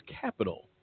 capital